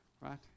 right